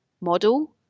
model